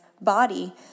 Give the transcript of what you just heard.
body